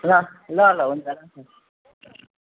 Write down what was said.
ल ल ल हुन्छ राखेँ